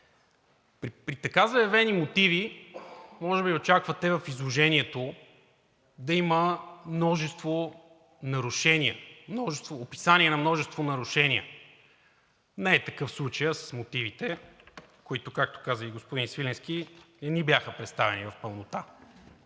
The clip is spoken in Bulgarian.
При така заявени мотиви може би очаквате в изложението да има множество нарушения, описания на множество нарушения. Не е такъв случаят с мотивите, които, както каза и господин Свиленски, не ни бяха представени в пълнота,